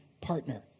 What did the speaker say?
partner